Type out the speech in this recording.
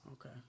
Okay